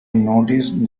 noticed